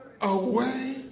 away